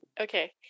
Okay